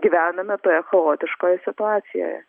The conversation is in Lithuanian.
gyvename toje chaotiškoje situacijoje